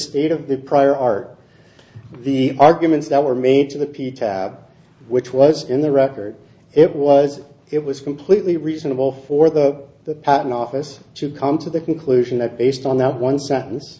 state of the prior art the arguments that were made to the p t which was in the record it was it was completely reasonable for the patent office to come to the conclusion that based on that one sentence